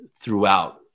throughout